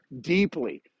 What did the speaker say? deeply